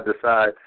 decide